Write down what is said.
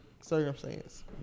circumstance